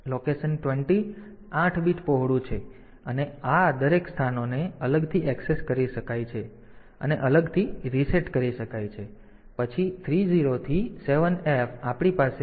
location 20 આઠ bit પહોળું છે અને આ દરેક સ્થાનોને અલગથી એક્સેસ કરી શકાય છે તે સેટ કરી શકાય છે અને અલગથી રીસેટ કરી શકાય છે અને પછી 30 થી 7F આપણી પાસે આ સ્ક્રેચ પેડ છે જે આપણી પાસે છે